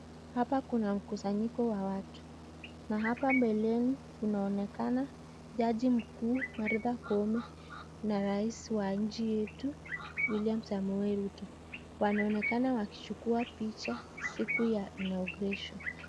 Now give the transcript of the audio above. Hapa kuna mkusanyiko wa watu na hapa mbeleni kunaonekana jaji mkuu Martha Koome na rais wa nchi yetu William Samoei Ruto wanaoneka wakichukua picha siku ya inauguration .